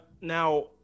now